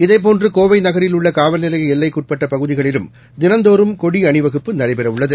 இதேபோன்றுகோவைநகரில் உள்ளகாவல் நிலையஎல்லைக்குட்பட்டபகுதிகளிலும் தினந்தோறும் கொடிஅணிவகுப்பு நடைபெறஉள்ளது